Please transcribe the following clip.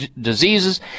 diseases